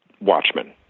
Watchmen